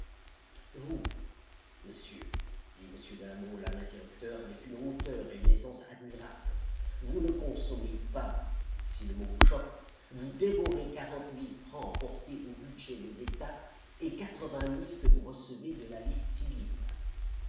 vous monsieur dit m de la mole à l'interrupteur avec une hauteur et une aisance admirables vous ne consommez pas si le mot vous choque vous dévorez quarante mille francs portés au budget de l'état et quatre-vingt mille que vous recevez de la liste civile